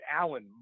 allen